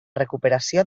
recuperació